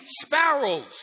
sparrows